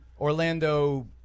Orlando